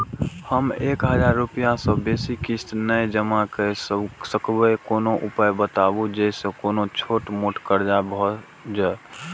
हम एक हजार रूपया से बेसी किस्त नय जमा के सकबे कोनो उपाय बताबु जै से कोनो छोट मोट कर्जा भे जै?